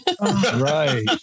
Right